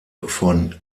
von